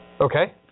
Okay